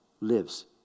lives